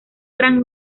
gran